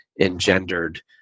engendered